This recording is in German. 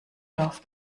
dorf